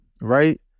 right